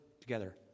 together